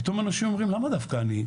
פתאום אנשים אומרים למה דווקא אני?